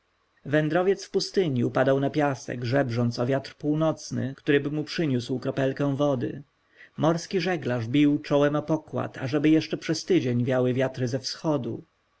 wędrowiec w pustyni upadał na piasek żebrząc o wiatr północny któryby mu przyniósł kroplę wody morski żeglarz bił czołem o pokład ażeby jeszcze przez tydzień wiały wiatry ze wschodu